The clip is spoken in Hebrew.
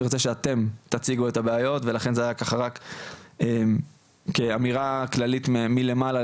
אני רוצה שאתם תציגו את הבעיות ולכן זה רק ככה כאמירה כללית מלמעלה,